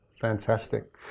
fantastic